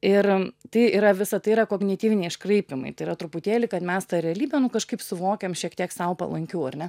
ir tai yra visa tai yra kognityviniai iškraipymai tai yra truputėlį kad mes tą realybę nu kažkaip suvokiam šiek tiek sau palankiau ar ne